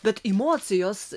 bet emocijos